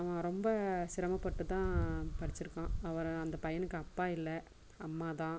அவன் ரொம்ப சிரமப்பட்டு தான் படிச்சிருக்கான் அப்புறம் அந்தப் பையனுக்கு அப்பா இல்லை அம்மா தான்